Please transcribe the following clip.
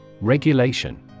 Regulation